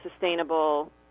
sustainable